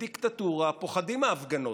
בדיקטטורה פוחדים מהפגנות,